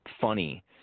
funny